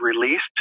released